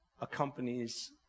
accompanies